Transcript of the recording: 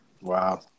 Wow